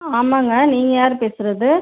ஆமாங்க நீங்கள் யார் பேசுவது